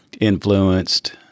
influenced